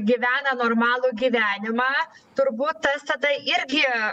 gyvena normalų gyvenimą turbūt tas tada irgi